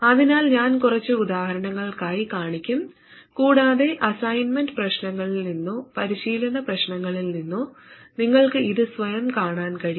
അതിനാൽ ഞാൻ കുറച്ച് ഉദാഹരണങ്ങൾക്കായി കാണിക്കും കൂടാതെ അസൈൻമെന്റ് പ്രശ്നങ്ങളിൽ നിന്നോ പരിശീലന പ്രശ്നങ്ങളിൽ നിന്നോ നിങ്ങൾക്ക് ഇത് സ്വയം കാണാൻ കഴിയും